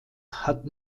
hat